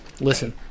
Listen